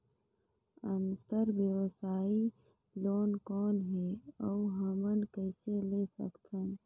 अंतरव्यवसायी लोन कौन हे? अउ हमन कइसे ले सकथन?